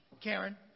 Karen